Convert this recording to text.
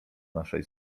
naszej